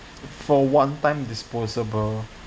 for one time disposable